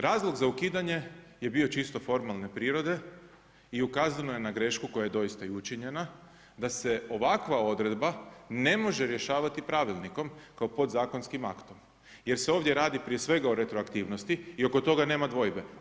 Razlog za ukidanje je bio čisto formalne prirode i ukazano je na grešku koja je doista i učinjena da se ovakva odredba ne može rješavati pravilnikom kao podzakonskim aktom jer se ovdje radi prije svega o retroaktivnosti i oko toga nema dvojbe.